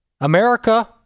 America